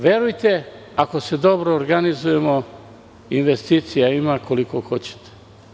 Verujte, ako se dobro organizujemo, investicija ima koliko hoćete.